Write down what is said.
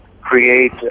create